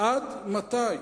עד מתי?